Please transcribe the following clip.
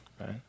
right